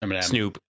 Snoop